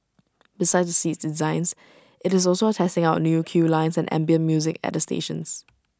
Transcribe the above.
besides the seats designs IT is also testing out new queue lines and ambient music at the stations